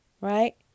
right